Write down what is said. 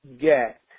get